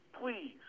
please